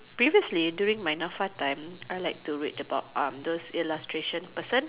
previously during my N_A_F_A time I like to read about under illustration person